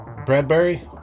Bradbury